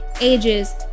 ages